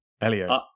Elio